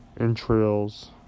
entrails